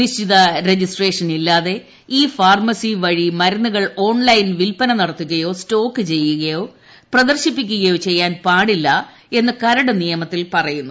നിശ്ചിത രജിസ്ട്രേഷനില്ലാതെ e pharmacy വഴി മരുന്നുകൾ ഓൺലൈൻ വിൽപ്പന നടത്തുകയോ സ്റ്റോക്കുചെയ്യുകയോ പ്രദർശിപ്പിക്കുകയോ ചെയ്യാൻ പാടില്ല എന്ന് കരട് നിയമത്തിൽ പറയുന്നു